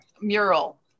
mural